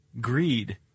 greed